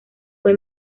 fue